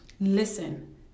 listen